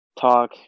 talk